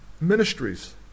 ministries